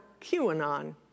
QAnon